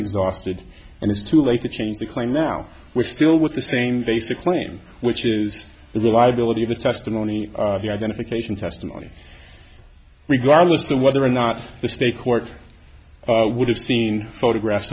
exhausted and it's too late to change the claim now we're still with the same basic claim which is the reliability of the testimony the identification testimony regardless of whether or not the state court would have seen photographs